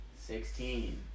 sixteen